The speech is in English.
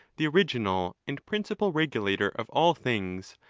the original and principal regulator of all things,